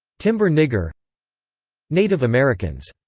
timber nigger native americans.